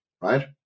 right